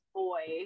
boy